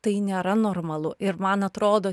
tai nėra normalu ir man atrodo